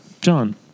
John